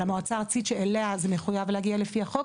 אבל המועצה הארצית שאליה זה מחויב להגיע לפי החוק,